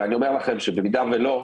ואם לא,